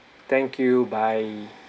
thank you bye